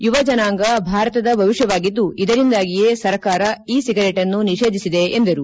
ಯುವಜನಾಂಗ ಭಾರತದ ಭವಿಷ್ಣವಾಗಿದ್ದು ಇದರಿಂದಾಗಿಯೇ ಸರ್ಕಾರ ಇ ಸಿಗರೇಟ್ಅನ್ನು ನಿಷೇಧಿಸಿದೆ ಎಂದರು